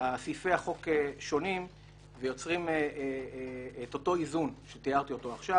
סעיפי החוק שונים ויוצרים את אותו איזון שתיארתי עכשיו,